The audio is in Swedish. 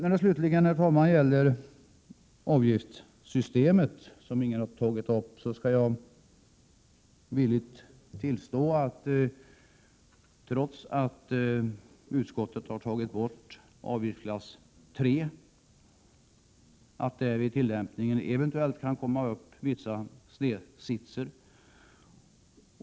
När det slutligen gäller avgiftssystemet, som ingen har tagit upp, skall jag villigt tillstå att trots att utskottet har tagit bort avgiftsklass ITI kan det vid tillämpningen eventuellt bli vissa snedsitsar.